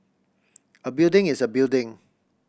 a building is a building